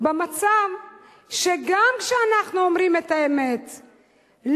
במצב שגם כשאנחנו אומרים את האמת,